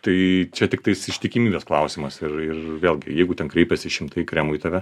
tai čia tiktais ištikimybės klausimas ir ir vėlgi jeigu ten kreipiasi šimtai kremų į tave